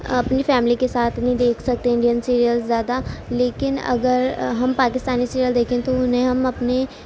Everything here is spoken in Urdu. اپنی فیملی کے ساتھ نہیں دیکھ سکتے انڈین سیریلس زیادہ لیکن اگر ہم پاکستانی سیریل دیکھیں تو انھیں ہم اپنی